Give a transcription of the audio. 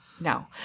no